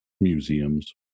Museums